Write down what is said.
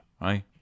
right